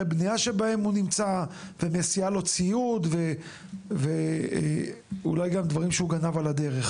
בניה שבהם הוא נמצא ומסיעה לו ציוד ואולי גם דברים שהוא גנב על הדרך